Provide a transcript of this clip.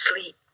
sleep